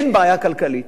אין בעיה כלכלית.